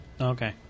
Okay